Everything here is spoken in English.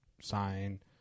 sign